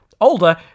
older